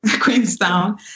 Queenstown